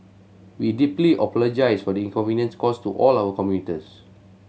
we deeply apologise for the inconvenience caused to all our commuters